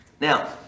Now